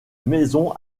maison